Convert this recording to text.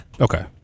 Okay